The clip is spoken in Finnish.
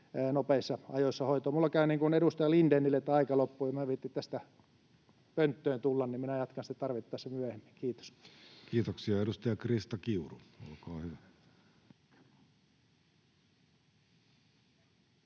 nopeissa ajoissa hoitoon. Minulle käy niin kuin edustaja Lindénille, että aika loppuu. En minä viitsi tästä pönttöön tulla, minä jatkan sitten tarvittaessa myöhemmin. — Kiitos. Kiitoksia. — Edustaja Krista Kiuru, olkaa hyvä.